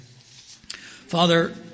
Father